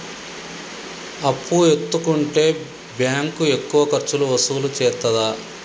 అప్పు ఎత్తుకుంటే బ్యాంకు ఎక్కువ ఖర్చులు వసూలు చేత్తదా?